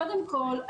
קודם כל,